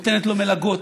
נותנת לו מלגות,